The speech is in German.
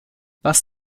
was